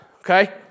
Okay